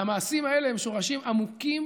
והמעשים האלה הם שורשים עמוקים